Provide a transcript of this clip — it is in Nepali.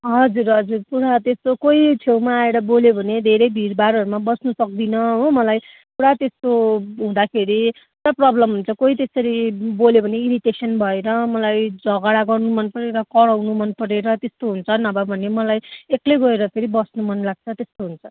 हजुर हजुर पुरा त्यस्तो कोही छेउमा आएर बोल्यो भने धेरै भिड भाडहरूमा बस्नु सक्दिनँ हो मलाई पुरा त्यस्तो हुँदाखेरि पुरा प्रब्लम हुन्छ कोही त्यसरी बोल्यो भने इरिटेसन भएर मलाई झगडा गर्नु मन परेर कराउनु मन परेर त्यस्तो हुन्छ नभए भने मलाई एक्लै गएर फेरि बस्नु मन लाग्छ त्यस्तो हुन्छ